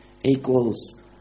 equals